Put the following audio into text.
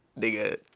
nigga